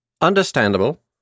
Understandable